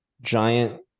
giant